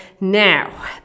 Now